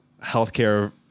healthcare